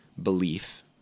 belief